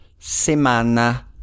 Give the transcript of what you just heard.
semana